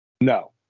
No